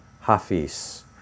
Hafiz